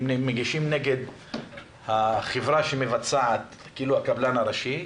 הם מגישים נגד החברה המבצעת, הקבלן הראשי.